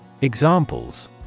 Examples